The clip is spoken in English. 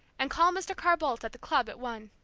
and call mr. carr-boldt at the club at one,